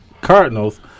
Cardinals